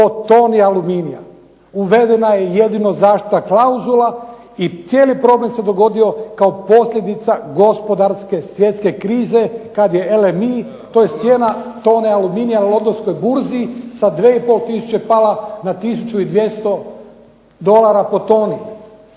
po toni aluminija. Uvedena je jedino zaštitna klauzula i cijeli problem se dogodio kao posljedica svjetske gospodarske krize kada je LMI tj. cijena tone aluminija na Londonskoj burzi sa 2,5 tisuće pala na 1200 dolara po toni.